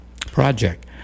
project